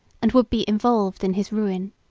and would be involved in his ruin.